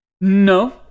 No